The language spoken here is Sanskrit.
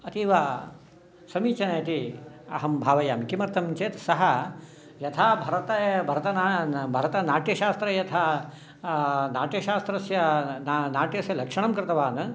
अतीवसमीचीनः इति अहं भावयामि किमर्थं चेत् सः यथा भरतनाट्यशास्त्रे यथा नाट्यशास्त्रस्य नाट्यस्य लक्षणं कृतवान्